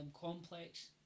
complex